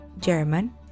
German